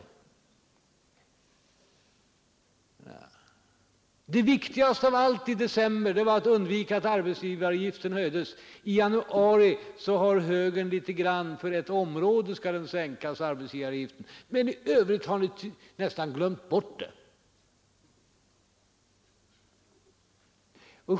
I december var det viktigaste av allt att undvika att arbetsgivaravgiften höjdes, i januari föreslår högern att arbetsgivaravgiften skall sänkas för ett område, men i övrigt tycks ni ha glömt bort den.